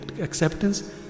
Acceptance